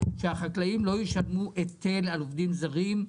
שהחקלאים לא ישלמו היטל על עובדים זרים?